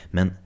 Men